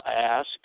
ask